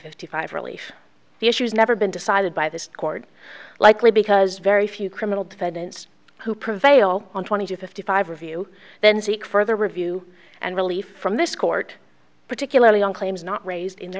fifty five relief the issue is never been decided by this court likely because very few criminal defendants who prevail on twenty to fifty five review then seek further review and relief from this court particularly on claims not raised in